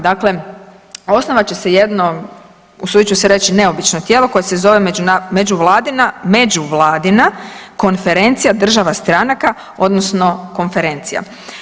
Dakle, osnovat će se jedno, usudit ću se reći, neobično tijelo koje se zove međuvladina, međuvladina konferencija država stranaka odnosno konferencija.